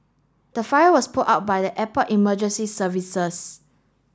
the fire was put out by the airport emergency services